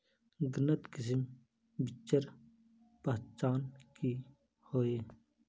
गन्नात किसम बिच्चिर पहचान की होय?